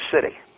city